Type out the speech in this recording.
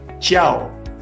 ciao